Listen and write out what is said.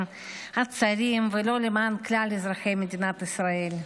הצרים ולא למען כלל אזרחי מדינת ישראל.